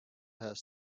has